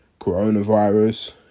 coronavirus